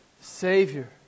Savior